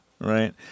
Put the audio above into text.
right